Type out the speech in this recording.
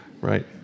right